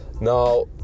now